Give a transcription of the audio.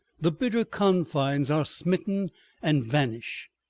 the bitter confines, are smitten and vanish,